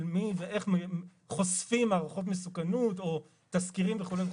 מי ואיך חושפים הערכות מסוכנות או תזכירים וכולי.